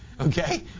okay